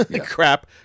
crap